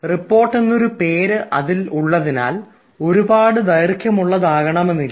report എന്നൊരു പേര് അതിൽ ഉള്ളതിനാൽ ഒരുപാട് ദൈർഘ്യമുള്ള ആകണമെന്നില്ല